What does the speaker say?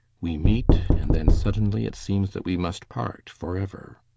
we meet, and then suddenly it seems that we must part forever.